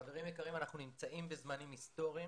חברים יקרים, אנחנו נמצאים בזמנים היסטוריים.